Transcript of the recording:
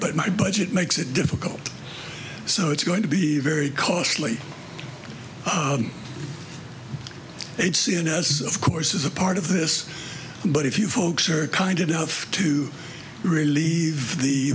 but my budget makes it difficult so it's going to be very costly and cns of course is a part of this but if you folks are kind enough to relieve the